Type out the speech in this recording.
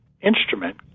instrument